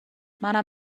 منم